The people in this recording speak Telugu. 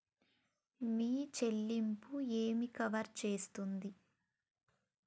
మీ చెల్లింపు ఏమి కవర్ చేస్తుంది?